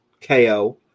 KO